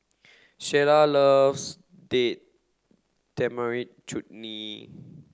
Sheyla loves Date Tamarind Chutney